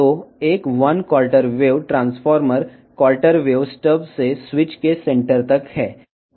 కాబట్టి ఒక quarter wave transformer quarter wave stub నుండి స్విచ్ మధ్యలో ఉంటుంది ఇక్కడ ఇది తెరిచి ఉంది